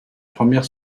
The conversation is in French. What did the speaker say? première